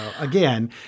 again